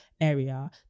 area